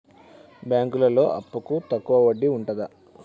బ్యాంకులలో అప్పుకు తక్కువ వడ్డీ ఉంటదా?